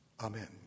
Amen